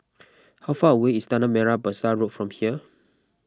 how far away is Tanah Merah Besar Road from here